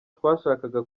twashakaga